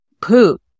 poop